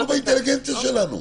אל תזלזלו באינטליגנציה שלנו.